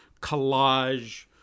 collage